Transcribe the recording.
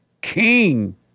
king